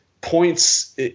points